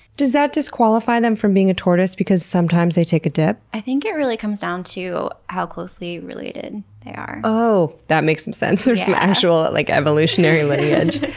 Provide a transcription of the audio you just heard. does that disqualify them from being a tortoise, because sometimes they take a dip? i think it really comes down to how closely related they are. oh, that makes some sense. there's actual like evolutionary lineage.